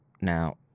Now